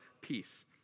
peace